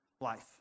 life